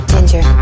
Ginger